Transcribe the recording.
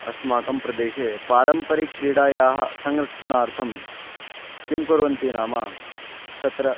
अस्माकं प्रदेशे पारम्परिकक्रीडायाः संरक्षणार्थं किं कुर्वन्ति नाम तत्र